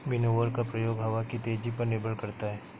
winnower का प्रयोग हवा की तेजी पर निर्भर करता है